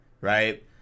Right